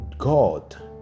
God